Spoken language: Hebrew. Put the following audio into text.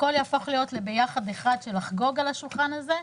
והכל יהפוך להיות לביחד אחד של לחגוג על השולחן הזה,